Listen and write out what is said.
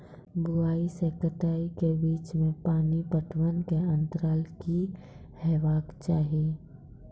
बुआई से कटाई के बीच मे पानि पटबनक अन्तराल की हेबाक चाही?